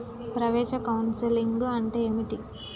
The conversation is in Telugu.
ప్రవేశ కౌన్సెలింగ్ అంటే ఏమిటి?